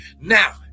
now